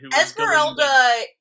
Esmeralda